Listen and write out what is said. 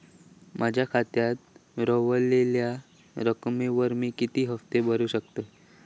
माझ्या खात्यात रव्हलेल्या रकमेवर मी किती हफ्ते भरू शकतय?